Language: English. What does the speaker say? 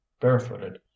barefooted